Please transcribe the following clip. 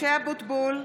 (קוראת בשמות חברי הכנסת) משה אבוטבול,